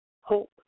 hope